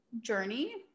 journey